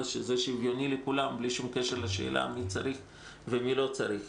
שזה שוויוני לכולם בלי קשר לשאלה מי צריך ומי לא צריך.